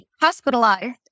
hospitalized